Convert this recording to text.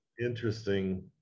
interesting